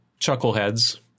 chuckleheads